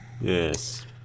Yes